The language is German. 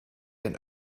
ein